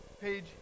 page